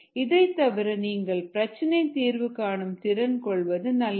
இதைத்தவிர நீங்கள் பிரச்சனை தீர்வு காணும் திறனும் கொள்வது நல்லது